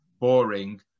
boring